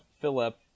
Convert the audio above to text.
Philip